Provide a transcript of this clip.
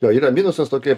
jo yra minusas tokioje